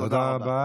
תודה רבה.